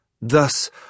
Thus